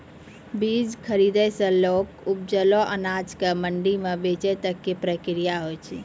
बीज खरीदै सॅ लैक उपजलो अनाज कॅ मंडी म बेचै तक के प्रक्रिया हौय छै